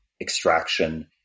extraction